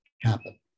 happen